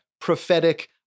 prophetic